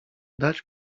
dać